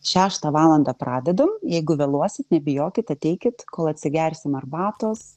šeštą valandą pradedam jeigu vėluosit nebijokit ateikit kol atsigersim arbatos